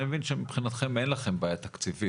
אני מבין שמבחינתכם אין לכם בעיה תקציבית.